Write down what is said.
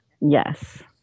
Yes